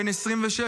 בן 26,